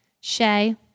Shay